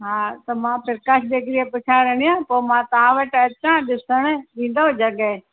हा त मां प्रकाश बेकरी जे पुठियां रहंदी आहियां पोइ मां तव्हां वटि अचां ॾिसणु ॾींदव जॻहि